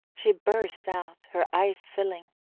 she burst out, her eyes filling.